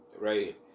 right